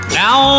now